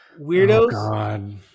weirdos